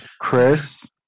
Chris